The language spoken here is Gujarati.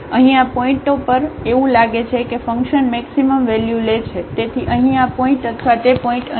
તેથી અહીં આ પોઇન્ટઓ પર એવું લાગે છે કે ફંકશન મેક્સિમમ વેલ્યુ લે છે તેથી અહીં આ પોઇન્ટ અથવા તે પોઇન્ટ અહીં છે